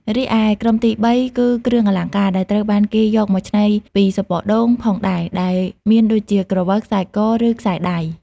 រីឯក្រុមទីបីគឺ គ្រឿងអលង្ការ ដែលត្រូវបានគេយកមកច្នៃពីសំបកដូងផងដែរ ដែលមានដូចជា ក្រវិល ខ្សែក ឬខ្សែដៃ។